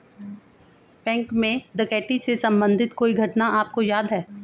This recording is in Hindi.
बैंक में डकैती से संबंधित कोई घटना आपको याद है?